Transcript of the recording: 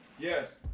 Yes